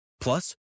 Plus